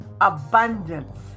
abundance